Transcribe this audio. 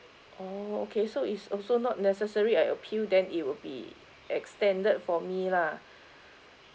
oh okay so is also not necessary I appeal then it will be extended for me lah